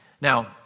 Now